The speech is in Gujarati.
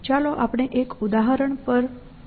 ચાલો આપણે એક ઉદાહરણ પર પણ વિચાર કરીએ